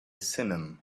simum